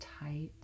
tight